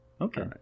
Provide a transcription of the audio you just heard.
Okay